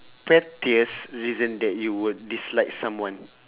pettiest reason that you would dislike someone